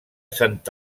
sant